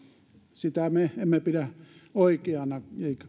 sitä me emme pidä oikeana